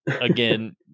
again